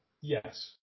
yes